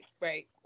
right